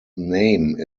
name